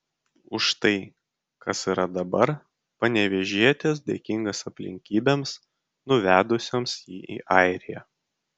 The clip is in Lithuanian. už tai kas yra dabar panevėžietis dėkingas aplinkybėms nuvedusioms jį į airiją